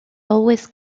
always